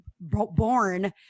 born